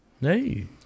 Hey